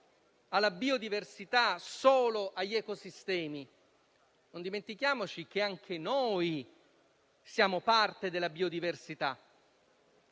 alla biodiversità e solo agli ecosistemi. Non dimentichiamo che anche noi siamo parte della biodiversità;